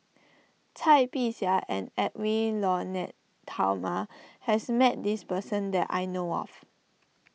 Cai Bixia and Edwy Lyonet Talma has met this person that I know of